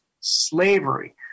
slavery